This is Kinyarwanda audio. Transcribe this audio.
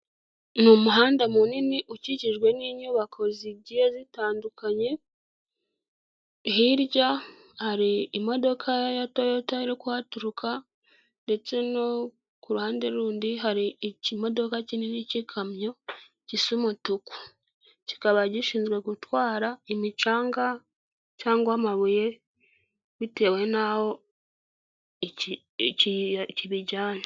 N'umuhanda munini, ukikijwe n'inyubako zigiye zitandukanye hirya hari imodoka ya toyota iri kuhaturuka ndetse no ku ruhande rundi hari ikimodoka kinini cy'ikamyo gisa umutuku kikaba gishinzwe gutwara imicanga cyangwa amabuye bitewe n'aho kibijyana.